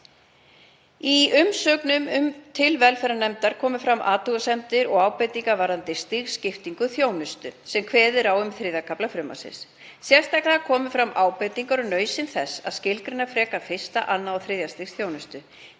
Í umsögnum til velferðarnefndar komu fram athugasemdir og ábendingar varðandi stigskiptingu þjónustu, sem kveðið er á um í III. kafla frumvarpsins. Sérstaklega komu fram ábendingar um nauðsyn þess að skilgreina frekar fyrsta, annað og þriðja stig þjónustu.